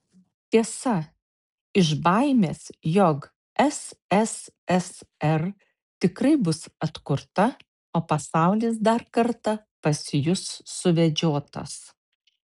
tiesa iš baimės jog sssr tikrai bus atkurta o pasaulis dar kartą pasijus suvedžiotas